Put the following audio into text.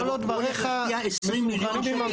הוא הולך להשקיע 20 מיליון שקל בשנה.